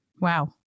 Wow